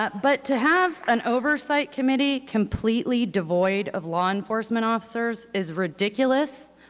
but but to have an oversight committee completely devoid of law enforcement officers is ridiculous,